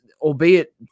albeit